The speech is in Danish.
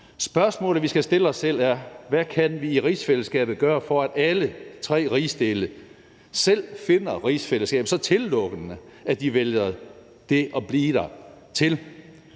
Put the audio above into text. Spørgsmålet, vi skal stille os selv, er: Hvad kan vi i rigsfællesskabet gøre, for at alle tre rigsdele selv finder rigsfællesskabet så tillokkende, at de vælger det at blive der til?